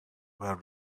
were